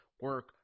Work